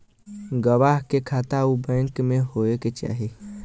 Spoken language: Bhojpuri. गवाह के खाता उ बैंक में होए के चाही